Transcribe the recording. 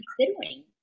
considering